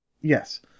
Yes